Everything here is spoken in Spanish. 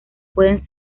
pueden